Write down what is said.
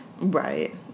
Right